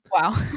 Wow